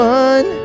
one